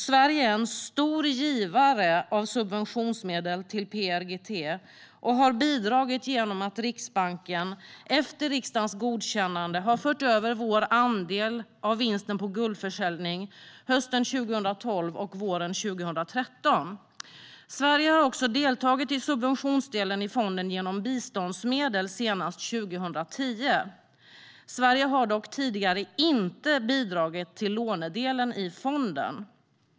Sverige är en stor givare av subventionsmedel till PRGT och har bidragit genom att Riksbanken, efter riksdagens godkännande, har fört över vår andel av vinsten på guldförsäljning hösten 2012 och våren 2013. Sverige har också deltagit i subventionsdelen i fonden genom biståndsmedel, senast 2010. Sverige har dock tidigare inte bidragit till lånedelen i fonden.